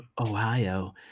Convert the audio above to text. Ohio